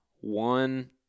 one